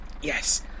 Yes